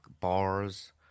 bars